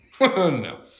No